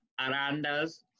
arandas